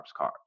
carbs